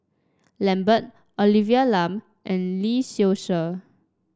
Lambert Olivia Lum and Lee Seow Ser